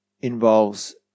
involves